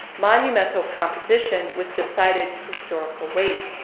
monumental composition with decided historical weight.